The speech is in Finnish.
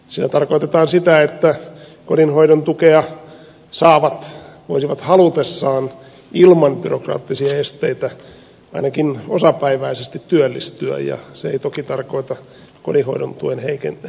sillä tarkoitetaan sitä että kotihoidon tukea saavat voisivat halutessaan ilman byrokraattisia esteitä ainakin osapäiväisesti työllistyä ja se ei toki tarkoita kotihoidon tuen heikentämistä